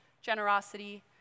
generosity